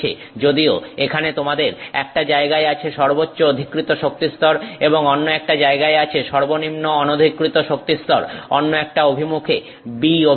যদিও এখানে তোমাদের একটা জায়গায় আছে সর্বোচ্চ অধিকৃত শক্তিস্তর এবং অন্য একটা জায়গায় আছে সর্বনিম্ন অনধিকৃত শক্তিস্তর অন্য একটা অভিমুখে b অভিমুখে